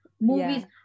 Movies